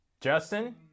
Justin